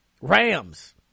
Rams